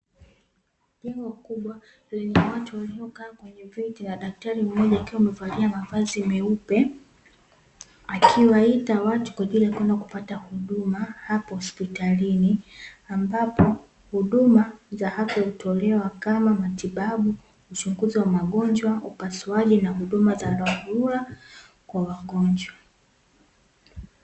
Jengo kubwa lenye watu waliokaa kwenye viti na daktari mmoja akiwa amevalia mavazi meupe, akiwaita watu kwa ajili ya kwenda kupata huduma hapo hospitalini. Ambapo huduma za hapo hutolewa kama: matibabu, uchunguzi wa magonjwa, upasuaji na huduma za dharura kwa wagonjwa.